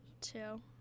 two